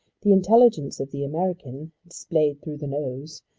the intelligence of the american, displayed through the nose,